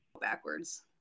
backwards